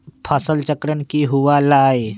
फसल चक्रण की हुआ लाई?